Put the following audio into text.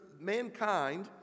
mankind